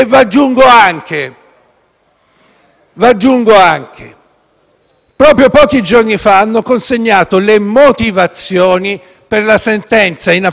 Aggiungo anche che proprio pochi giorni fa hanno consegnato le motivazioni per la sentenza in appello della vicenda